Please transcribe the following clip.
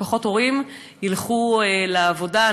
פחות הורים ילכו לעבודה,